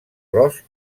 gros